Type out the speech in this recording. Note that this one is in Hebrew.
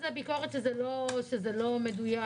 זה מייצר עשרות אלפי יחידות דיור זמינות עכשיו.